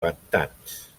pantans